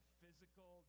physical